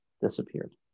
disappeared